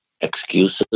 excuses